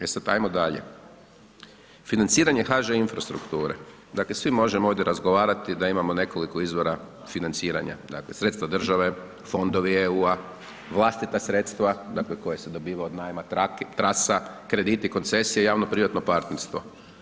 E sad, ajmo dalje, financiranje HŽ infrastrukture, dakle, svi možemo ovdje razgovarati da imamo nekoliko izvora financiranja, dakle, sredstva države, fondovi EU-a, vlastita sredstva, dakle, koja se dobiva od najma trasa, krediti koncesije, javno privatno partnerstvo.